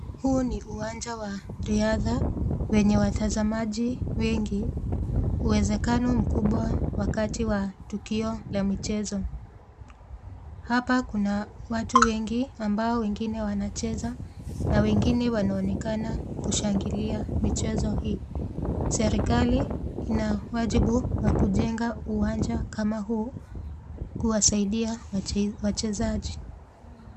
Huu ni uwanja wa riadha wenye watazamaji wengi, uwezekano mkubwa wakati wa tukio la michezo. Hapa kuna watu wengi ambao wengine wanacheza na wengine wanaonekana kushangilia michezo hii. Serikali ina wajibu wa kujenga uwanja kama huu kuwasaidia wachezaji.